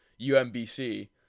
UMBC